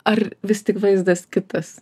ar vis tik vaizdas kitas